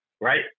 right